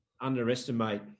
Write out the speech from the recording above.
underestimate